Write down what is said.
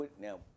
now